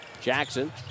Jackson